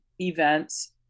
events